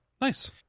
nice